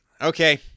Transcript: Okay